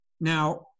Now